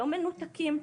לא מנותקים,